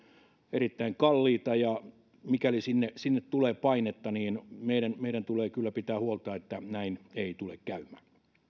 erittäin kalliita ja mikäli sinne sinne tulee painetta niin meidän meidän tulee kyllä pitää huolta että näin ei tule käymään